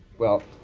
well,